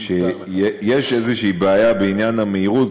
יש איזושהי בעיה בעניין המהירות,